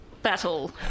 Battle